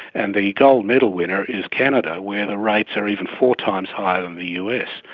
and the gold medal winner is canada where the rates are even four times higher than the us,